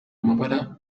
amabara